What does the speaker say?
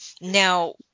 now